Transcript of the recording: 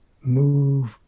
move